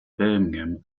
birmingham